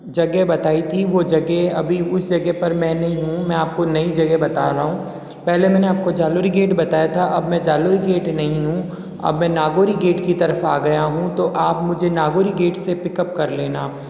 जगह बताई थी वो जगह अभी उस जगह पर मैं नहीं हूँ मैं आप को नई जगह बता रहा हूँ पहले मैंने आपको जालोरी गेट बताया था अब मैं जालोरी गेट नहीं हूँ अब मैं नागोरी गेट की तरफ आ गया हूँ तो आप मुझे नागोरी गेट से पिकअप कर लेना